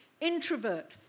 introvert